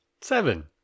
seven